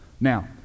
Now